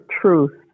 truth